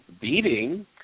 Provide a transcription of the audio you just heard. beating